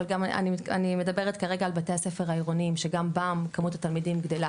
אני מדברת כרגע על בתי הספר העירוניים שגם בהם כמות הילדים גדלה,